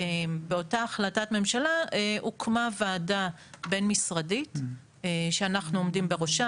שבאותה החלטת ממשלה הוקמה ועדה בין משרדית שאנחנו עומדים בראשה,